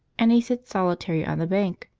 and he sits solitary on the bank,